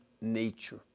nature